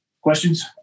Questions